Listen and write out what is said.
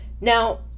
now